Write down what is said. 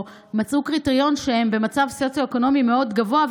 או מצאו קריטריון שהם במצב סוציו-אקונומי מאוד גבוה,